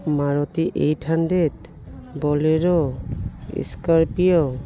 Maruti eight hundred bolero scorpio